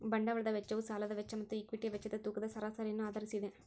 ಬಂಡವಾಳದ ವೆಚ್ಚವು ಸಾಲದ ವೆಚ್ಚ ಮತ್ತು ಈಕ್ವಿಟಿಯ ವೆಚ್ಚದ ತೂಕದ ಸರಾಸರಿಯನ್ನು ಆಧರಿಸಿದೆ